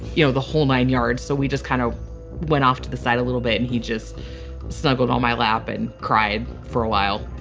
you know the whole nine yards. so we just kind of went off to the side a little bit and he just snuggled on my lap and cried for a while